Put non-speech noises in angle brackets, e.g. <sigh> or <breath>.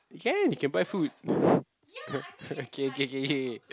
can you can buy food <breath> okay k k k